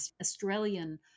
Australian